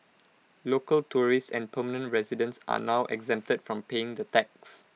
local tourists and permanent residents are now exempted from paying the tax